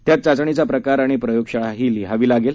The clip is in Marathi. त्यात चाचणीचा प्रकार आणि प्रयोगशाळाही लिहावी लागेल